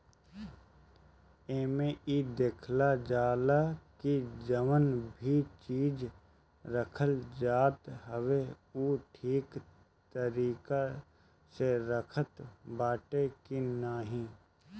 एमे इ देखल जाला की जवन भी चीज रखल जात हवे उ ठीक तरीका से रखात बाटे की नाही